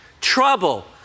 trouble